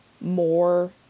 more